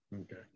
Okay